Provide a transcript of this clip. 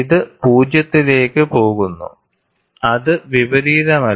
ഇത് 0 ലേക്ക് പോകുന്നു അത് വിപരീതമല്ല